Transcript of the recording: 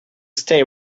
stay